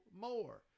more